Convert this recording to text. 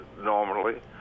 normally